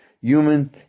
human